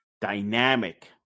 dynamic